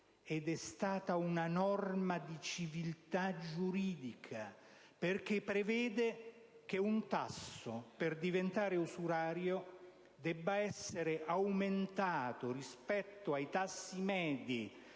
ed è stata una normativa di civiltà giuridica, perché prevede che un tasso, per diventare usurario, debba essere aumentato, rispetto ai tassi medi